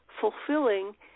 fulfilling